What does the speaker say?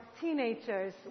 teenagers